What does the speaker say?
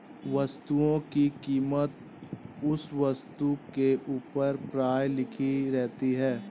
वस्तुओं की कीमत उस वस्तु के ऊपर प्रायः लिखी रहती है